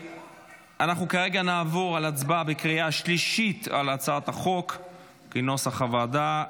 כרגע נעבור להצבעה בקריאה שלישית על הצעת החוק כנוסח הוועדה.